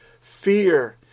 fear